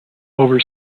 over